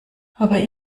aber